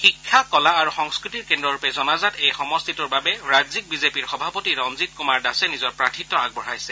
শিক্ষা কলা আৰু সংস্কৃতিৰ কেন্দ্ৰৰূপে জনাজাত এই সমষ্টিটোৰ বাবে ৰাজ্যিক বিজেপিৰ সভাপতি ৰঞ্জিত কৃমাৰ দাসে নিজৰ প্ৰাৰ্থীত্ব আগবঢ়াইছে